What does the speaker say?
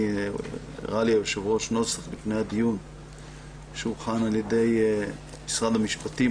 לפני הדיון הראה לי היושב-ראש נוסח שהוכן על ידי משרד המשפטים,